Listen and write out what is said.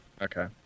Okay